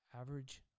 average